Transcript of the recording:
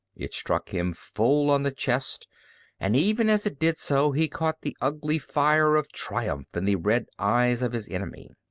it struck him full on the chest and even as it did so he caught the ugly fire of triumph in the red eyes of his enemy.